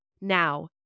Now